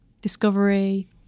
discovery